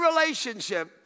relationship